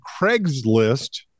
Craigslist